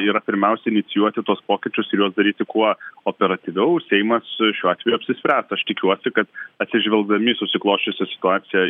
yra pirmiausia inicijuoti tuos pokyčius ir juos daryti kuo operatyviau seimas su šiuo atveju apsispręs aš tikiuosi kad atsižvelgdami į susiklosčiusią situaciją